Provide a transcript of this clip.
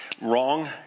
wrong